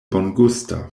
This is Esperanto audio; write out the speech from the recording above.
bongusta